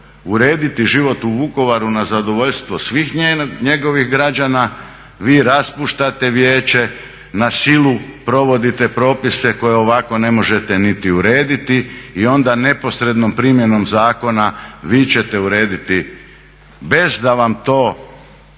urediti život u Vukovaru na zadovoljstvo svih njegovih građana vi raspuštate vijeće. Na silu provodite propise koje ovako ne možete niti urediti i onda neposrednom primjenom zakona vi ćete urediti bez da vam to pravo